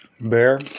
Bear